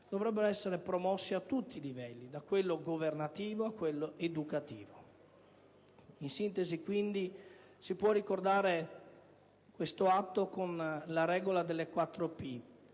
dovrebbero essere promossi a tutti i livelli, da quello governativo a quello educativo. In sintesi, quindi, si può ricordare tale atto con la regola delle